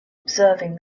observing